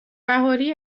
بهاری